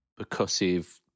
percussive